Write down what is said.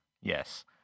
Yes